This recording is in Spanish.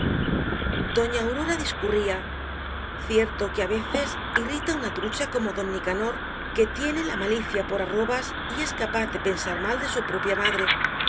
doña aurora discurría cierto que á veces irrita un trucha como don nicanor que tiene la malicia por arrobas y es capaz de pensar mal de su propia madre